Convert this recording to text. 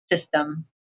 system